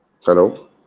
Hello